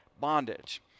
bondage